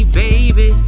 baby